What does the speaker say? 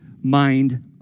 mind